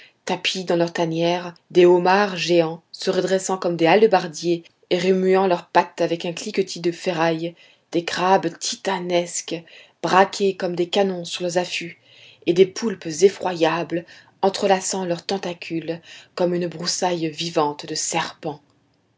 tapis dans leur tanière des homards géants se redressant comme des hallebardiers et remuant leurs pattes avec un cliquetis de ferraille des crabes titanesques braqués comme des canons sur leurs affûts et des poulpes effroyables entrelaçant leurs tentacules comme une broussaille vivante de serpents